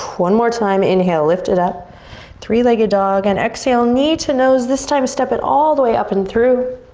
one more time inhale lift it up three-legged dog and exhale knee to nose. this time step it all the way up and through.